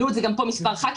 העלו את זה גם פה מספר ח"כים,